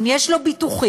אם יש לו ביטוחים,